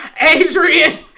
Adrian